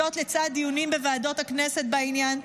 וזאת לצד דיונים בוועדות הכנסת בעניין.